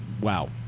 wow